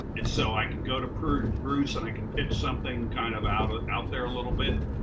and so i can go to bruce bruce and i can pitch something kind of out ah out there a little bit.